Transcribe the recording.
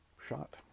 shot